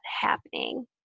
happening